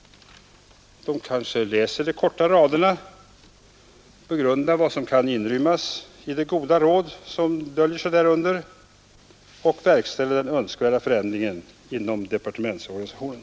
De kanske läser de få raderna, begrundar vad som kan inrymmas i de goda råd som döljer sig bakom dem och verkställer den önskvärda förändringen inom departementsorganisationen.